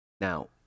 Now